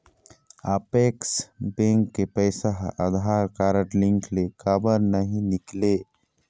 Apex bank के पैसा हा आधार कारड लिंक ले काबर नहीं निकले?